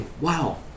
wow